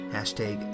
Hashtag